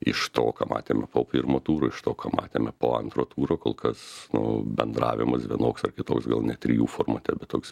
iš to ką matėme po pirmo turo iš to ką matėme po antro turo kol kas nu bendravimas vienoks ar kitoks gal ne trijų formate bet toks